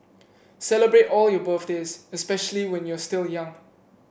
celebrate all your birthdays especially when you're still young